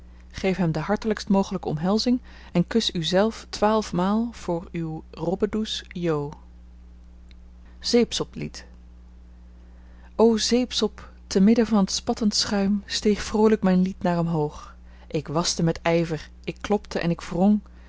geef hem de hartelijkst mogelijke omhelzing en kus uzelf twaalf maal voor uw robbedoes jo zeepsop lied o zeepzop te midden van t spattende schuim steeg vroolijk mijn lied naar omhoog ik waschte met ijver ik klopte en ik